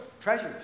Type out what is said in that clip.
Treasures